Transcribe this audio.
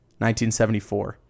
1974